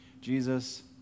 Jesus